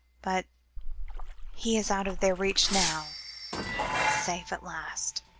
but he is out of their reach now safe at last.